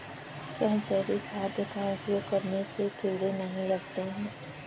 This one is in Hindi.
क्या जैविक खाद का उपयोग करने से कीड़े नहीं लगते हैं?